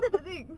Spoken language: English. that's the thing